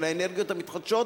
של האנרגיות המתחדשות,